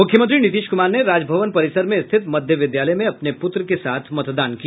मुख्यमंत्री नीतीश कुमार ने राजभवन परिसर में स्थित मध्य विद्यालय में अपने पुत्र के साथ मतदान किया